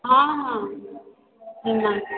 ହଁ ହଁ ନା